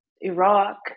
Iraq